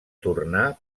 tornar